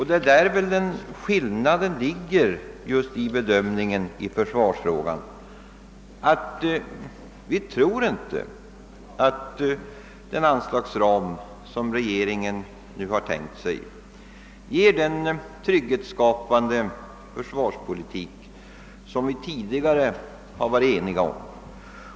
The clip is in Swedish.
Det är väl där skillnaden ligger i bedömningen av försvarsfrågan; vi tror inte att den anslagsram som regeringen nu har tänkt sig ger den trygghetsskapande försvarspolitik som vi tidigare varit eniga om.